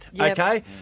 okay